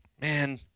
Man